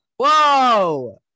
whoa